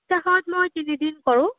সপ্তাহত মই তিনিদিন কৰোঁ